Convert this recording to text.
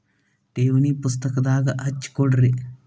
ಠೇವಣಿ ಪುಸ್ತಕದಾಗ ಹಚ್ಚಿ ಕೊಡ್ರಿ